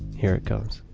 here it comes,